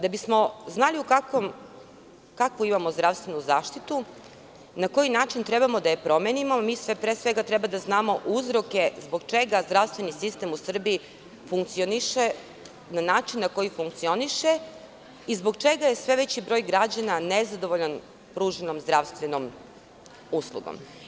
Da bismo znali kakvu imamo zdravstvenu zaštitu i na koji način treba da je promenimo, mi pre svega treba da znamo uzroke zbog čega zdravstveni sistem u Srbiji funkcioniše, na način na koji funkcioniše, i zbog čega je sve veći broj građana nezadovoljan pruženom zdravstvenom uslugom.